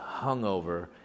hungover